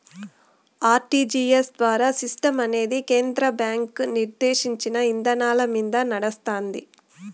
RTGS ద్వారా సిస్టమనేది కేంద్ర బ్యాంకు నిర్దేశించిన ఇదానాలమింద నడస్తాంది